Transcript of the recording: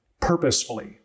purposefully